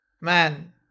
Man